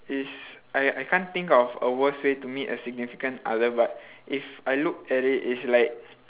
is I I can't think of a worst way to meet a significant other but if I looked at it it's like